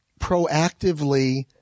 proactively